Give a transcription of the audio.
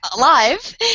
live